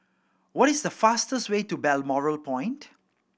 what is the fastest way to Balmoral Point